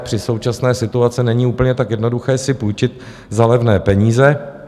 Při současné situaci není úplně tak jednoduché si půjčit za levné peníze.